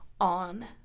on